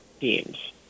teams